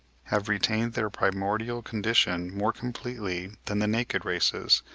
have retained their primordial condition more completely than the naked races,